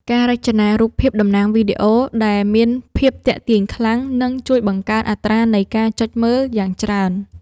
ការរចនារូបភាពតំណាងវីដេអូ ដែលមានភាពទាក់ទាញខ្លាំង នឹងជួយបង្កើនអត្រានៃការចុចមើលយ៉ាងច្រើន។